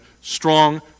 strong